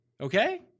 Okay